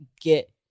get